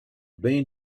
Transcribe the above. been